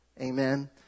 Amen